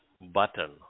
button